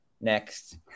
next